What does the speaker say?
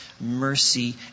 mercy